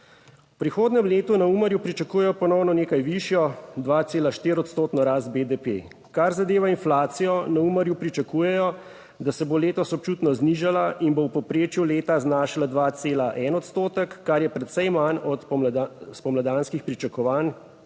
V prihodnjem letu na Umarju pričakujejo ponovno nekaj višjo 2,4 odstotno rast BDP. Kar zadeva inflacijo, na Umarju pričakujejo, da se bo letos občutno znižala in bo v povprečju leta znašala 2,1 odstotek, kar je precej manj od spomladanskih pričakovanj,